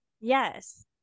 Yes